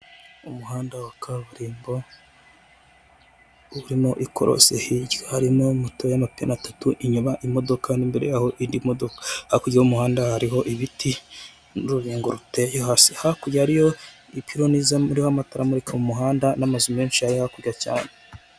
Umuhanda w'akaburimbo urimo ikorosi hirya, harimo moto y'amapine atatu inyuma imodoka n'imbere yayo indi modoka hakurya y'umuhanda hariho ibiti n'urubingo ruteye hasi, hakurya hariyo ipironi iriho amatara amurika mu muhanda ndetse menshi arihakurya cyane.